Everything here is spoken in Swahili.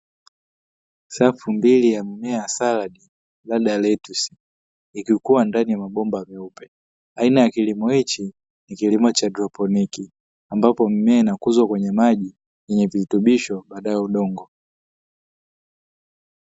Safu mbili ya mimea ya saladi, labda letusi; ikikua ndani ya mabomba meupe. Aina ya kilimo hichi ni kilimo cha haidroponi, ambapo mmea inakuzwa kwenye maji yenye virutubisho badala ya udongo.